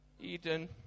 Eden